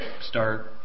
start